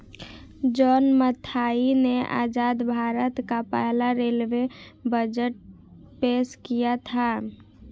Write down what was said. John Mathai ने आजाद भारत का पहला रेलवे बजट पेश किया था